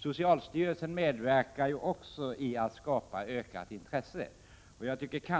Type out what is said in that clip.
Socialstyrelsen medverkar också när det gäller att skapa ett ökat intresse. Jag tycker